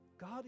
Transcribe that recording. God